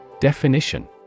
Definition